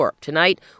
Tonight